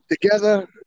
together